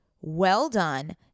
well-done